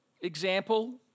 example